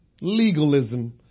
legalism